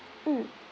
mm